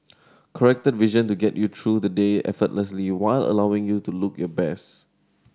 corrected vision to get you through the day effortlessly while allowing you to look your best